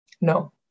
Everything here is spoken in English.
No